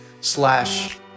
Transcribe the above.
slash